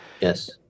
yes